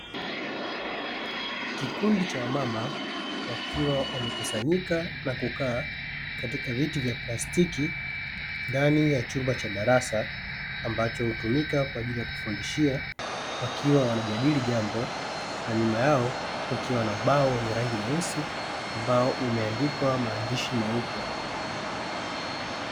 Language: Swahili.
Kikundi cha wamama wakiwa wamekusanyika na kukaa katika viti vya plastiki ndani ya chumba cha darasa ambacho hutumika kwaajili ya kufundishia wakiwa wanajadili jambo na nyuma yao kukiwa na ubao wenye rangi nyeusi ambao umeandikwa maandishi meupe.